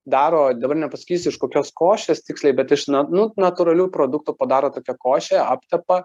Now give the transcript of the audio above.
daro dabar nepasakysiu iš kokios košės tiksliai bet iš na nu natūralių produktų padaro tokią košę aptepa